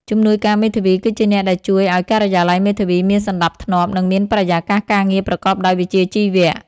ជំនួយការមេធាវីគឺជាអ្នកដែលជួយឱ្យការិយាល័យមេធាវីមានសណ្តាប់ធ្នាប់ និងមានបរិយាកាសការងារប្រកបដោយវិជ្ជាជីវៈ។